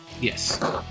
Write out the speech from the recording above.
yes